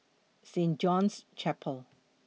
Saint John's Chapel